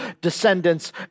descendants